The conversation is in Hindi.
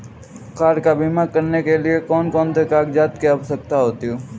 कार का बीमा करने के लिए कौन कौन से कागजात की आवश्यकता होती है?